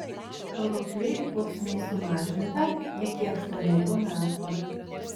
rupliui bausmė sumažinta iki aštuonerių metų